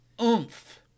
oomph